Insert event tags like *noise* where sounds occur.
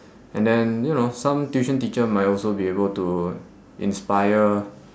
*breath* and then you know some tuition teacher might also be able to inspire